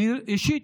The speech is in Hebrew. אישית,